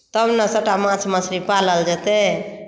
तब ने सभटा माछ मछरी पालल जेतै